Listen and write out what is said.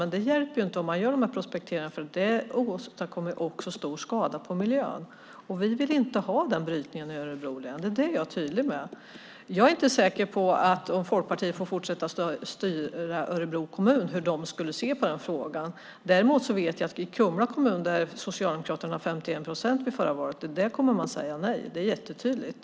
Men det hjälper inte om man gör de här prospekteringarna, för de åstadkommer också stor skada på miljön. Vi vill inte ha den brytningen i Örebro län. Det är det jag är tydlig med. Om Folkpartiet får fortsätta att styra Örebro kommun är jag inte säker på hur de skulle se på den frågan. Däremot vet jag att man i Kumla kommun, där Socialdemokraterna fick 51 procent i förra valet, kommer att säga nej. Det är jättetydligt.